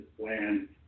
plan